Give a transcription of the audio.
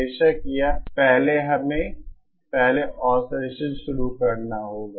बेशक यहां पहले हमें पहले ऑसिलेसन शुरू करना होगा